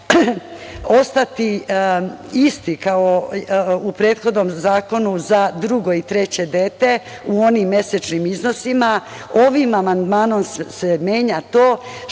ostati isti kao u prethodnom zakonu za drugo i treće dete u onim mesečnim iznosima, ovim amandmanom se menja to